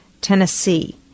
Tennessee